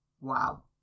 wow